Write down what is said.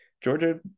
Georgia